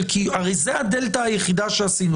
הרי זו הדלתא היחידה שעשינו.